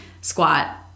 squat